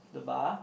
the bar